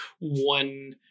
one